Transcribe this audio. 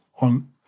on